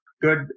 good